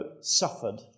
suffered